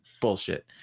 bullshit